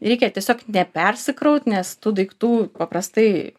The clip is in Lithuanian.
reikia tiesiog nepersikraut nes tų daiktų paprastai